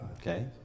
Okay